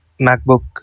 MacBook